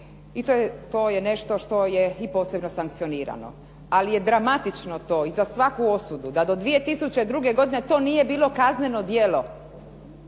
I to je nešto što je i posebno sankcionirano. Ali je dramatično to i za svaku osudu da do 2002. godine to nije bilo kazneno djelo,